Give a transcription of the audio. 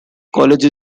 college